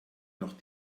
noch